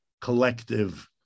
collective